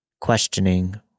questioning